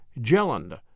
Jelland